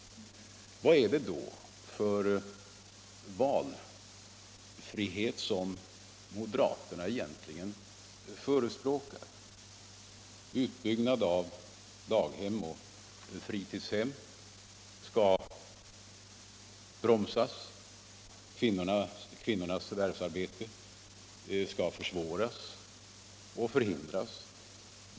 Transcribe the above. Vad är det då för valfrihet som moderaterna egentligen förespråkar? Utbyggnad av daghem och fritidshem skall bromsas och kvinnornas förvärvsarbete försvåras och förhindras.